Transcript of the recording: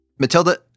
Matilda